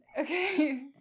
Okay